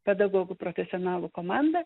pedagogų profesionalų komandą